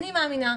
אני מאמינה,